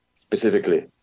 specifically